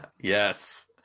Yes